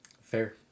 Fair